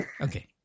Okay